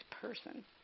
person